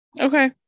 Okay